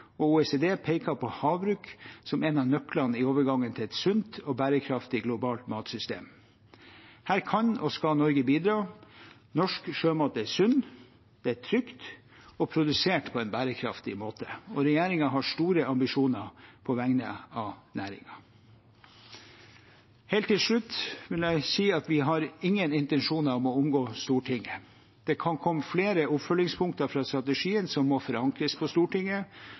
og OECD peker på havbruk som en av nøklene i overgangen til et sunt og bærekraftig globalt matsystem. Her kan og skal Norge bidra. Norsk sjømat er sunn, den er trygg og produsert på en bærekraftig måte. Regjeringen har store ambisjoner på vegne av næringen. Helt til slutt: Vi har ingen intensjoner om å omgå Stortinget. Det kan komme flere oppfølgingspunkter fra strategien som må forankres i Stortinget.